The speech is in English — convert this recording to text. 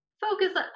focus